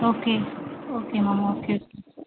okay okay ma'am okay okay